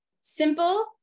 Simple